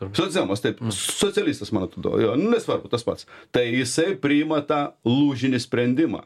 socdemas taip socialistas man atrodo nu nesvarbu tas pats tai jisai priima tą lūžinį sprendimą